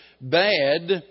bad